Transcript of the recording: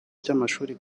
by’amashuri